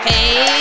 Hey